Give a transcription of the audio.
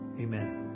amen